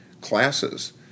classes